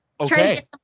okay